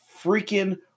freaking